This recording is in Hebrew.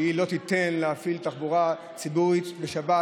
שהיא לא תיתן להפעיל תחבורה ציבורית בשבת.